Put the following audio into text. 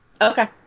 Okay